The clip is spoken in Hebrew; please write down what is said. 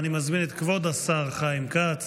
אני מזמין את כבוד השר חיים כץ